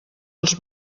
als